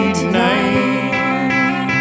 tonight